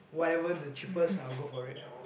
whatever the cheapest I will go for it